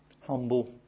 humble